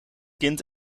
kind